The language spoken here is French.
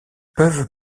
peuvent